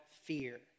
fear